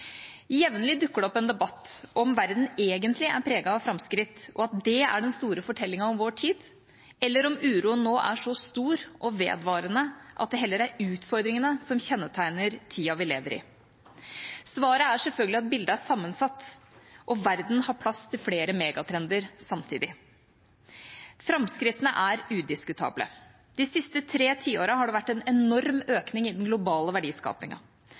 Jevnlig dukker det opp en debatt om hvorvidt verden egentlig er preget av framskritt, og at det er den store fortellingen om vår tid, eller om uroen nå er så stor og vedvarende at det heller er utfordringene som kjennetegner tida vi lever vi. Svaret er selvfølgelig at bildet er sammensatt, og at verden har plass til flere megatrender samtidig. Framskrittene er udiskutable. De siste tre tiårene har det vært en enorm økning i den globale